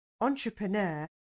entrepreneur